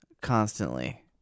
constantly